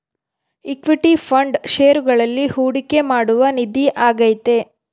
equity fund ಷೇರುಗಳಲ್ಲಿ ಹೂಡಿಕೆ ಮಾಡುವ ನಿಧಿ ಆಗೈತೆ